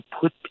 put